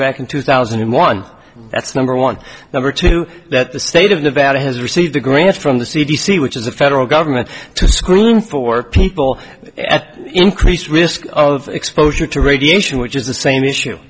back in two thousand and one that's number one number two that the state of nevada has received a grant from the c d c which is the federal government to screen for people at increased risk of exposure to radiation which is the same issue